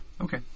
Okay